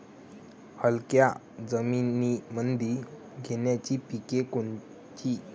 हलक्या जमीनीमंदी घ्यायची पिके कोनची?